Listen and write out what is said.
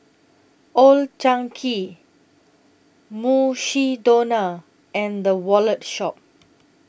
Old Chang Kee Mukshidonna and The Wallet Shop